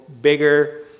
bigger